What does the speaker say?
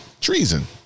treason